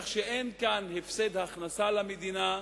כך שאין כאן הפסד הכנסה למדינה,